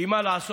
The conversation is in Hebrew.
כי מה לעשות,